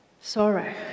sorrow